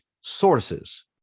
sources